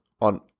on